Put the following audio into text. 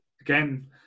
again